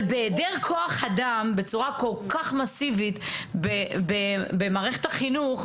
אבל בהעדר כוח אדם בצורה כל כך מאסיבית במערכת החינוך,